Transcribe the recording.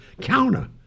counter